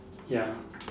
ya